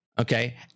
okay